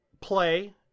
play